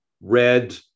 Red